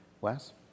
Wes